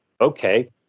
Okay